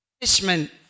punishment